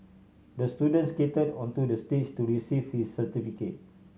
the student skated onto the stage to receive his certificate